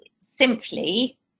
simply